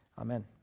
Amen